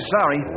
sorry